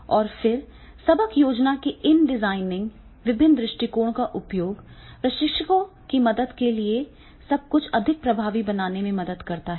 और फिर सबक योजना के इन डिजाइनिंग विभिन्न दृष्टिकोण का उपयोग प्रशिक्षकों की मदद के लिए सब कुछ अधिक प्रभावी बनाने में मदद करता है